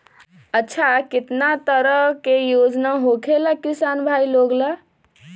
अच्छा कितना तरह के योजना होखेला किसान भाई लोग ला?